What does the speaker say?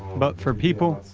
but for people,